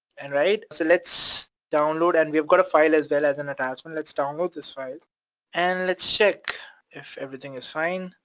and right, so let's download and we've got a file as well as an attachment. let's download this file and let's check if everything is fine.